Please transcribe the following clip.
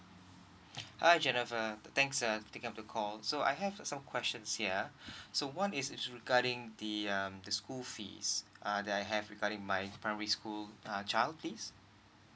hi jennifer thanks uh taking up the call so I have some questions here so one is regarding the um the school fees uh that I have regarding my primary school uh child fees